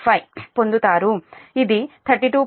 875 పొందుతారు ఇది 32